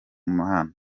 mana